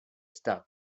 stuck